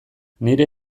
nire